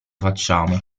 facciamo